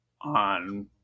on